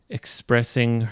expressing